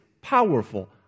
powerful